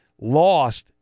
lost